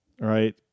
right